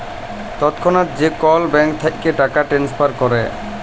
তৎক্ষণাৎ যে কল ব্যাংক থ্যাইকে টাকা টেনেসফার ক্যরে উয়াকে ইমেডিয়াতে পেমেল্ট সার্ভিস ব্যলে